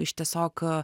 iš tiesiog a